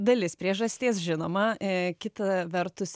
dalis priežasties žinoma kita vertus